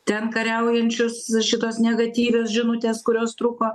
ten kariaujančius šitos negatyvios žinutės kurios truko